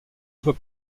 voie